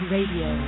Radio